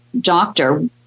doctor